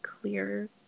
clear